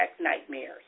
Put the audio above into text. nightmares